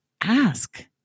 ask